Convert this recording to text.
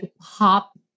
pop